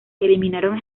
eliminaron